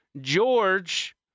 George